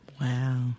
Wow